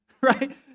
right